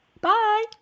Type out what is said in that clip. Bye